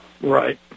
Right